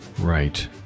Right